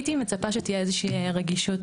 הייתי מצפה שתהיה איזושהי רגישות.